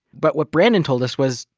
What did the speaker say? but what brandon told us was,